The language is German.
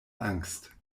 angst